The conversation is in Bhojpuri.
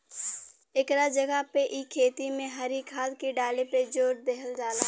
एकरा जगह पे इ खेती में हरी खाद के डाले पे जोर देहल जाला